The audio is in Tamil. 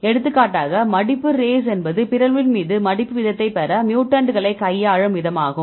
எடுத்துக்காட்டாக மடிப்பு ரேஸ் என்பது பிறழ்வின் மீது மடிப்பு வீதத்தைப் பெற மியூட்டன்ட்களைக் கையாளும் விதமாகும்